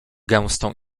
gęstą